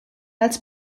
als